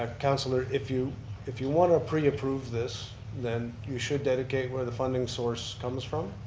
ah councillor, if you if you want to preapprove this, then you should dedicate where the funding source comes from.